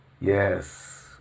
Yes